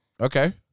okay